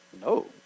no